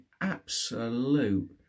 absolute